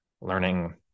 learning